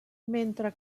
mentre